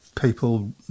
people